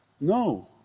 no